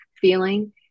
feeling